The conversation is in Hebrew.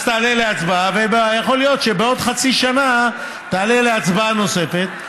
אז תעלה להצבעה ויכול להיות שבעוד חצי שנה תעלה להצבעה נוספת,